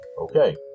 Okay